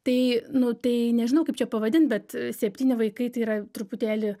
tai nu tai nežinau kaip čia pavadint bet septyni vaikai tai yra truputėlį